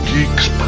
Geeks